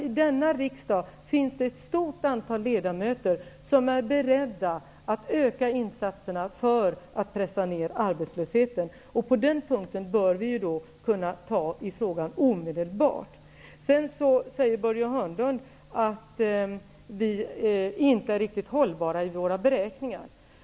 I denna riksdag finns det nämligen ett stort antal ledamöter som är beredda att öka insatserna för att pressa ner arbetslösheten. På den punkten bör vi kunna ta itu med frågan omedelbart. Vidare säger Börje Hörnlund att våra beräkningar inte är riktigt hållbara.